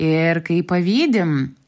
ir kai pavydim